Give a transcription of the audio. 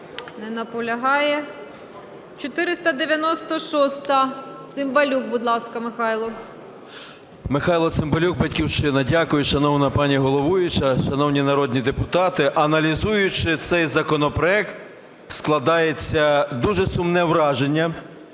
Не наполягає. 496-а, Цимбалюк, будь ласка, Михайло. 17:23:58 ЦИМБАЛЮК М.М. Михайло Цимбалюк, "Батьківщина". Дякую, шановна пані головуюча, шановні народні депутати, аналізуючи цей законопроект складається дуже сумне враження,